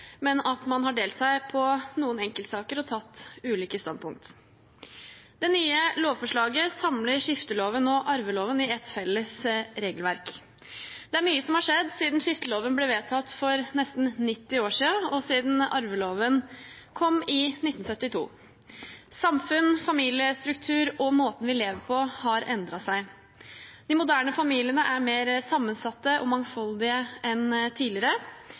men at man har delt seg i noen enkeltsaker og tatt ulike standpunkt. Det nye lovforslaget samler skifteloven og arveloven i et felles regelverk. Det er mye som har skjedd siden skifteloven ble vedtatt for nesten 90 år siden, og siden arveloven kom i 1972. Samfunn, familiestruktur og måten vi lever på, har endret seg. De moderne familiene er mer sammensatte og mangfoldige enn tidligere,